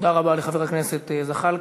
תודה רבה לחבר הכנסת זחאלקה.